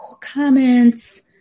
comments